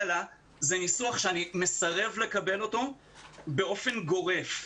לה" זה ניסוח שאני מסרב באופן גורף לקבלו.